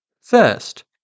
First